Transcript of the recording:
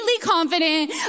confident